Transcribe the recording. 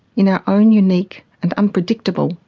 you know own unique, and unpredictable,